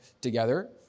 together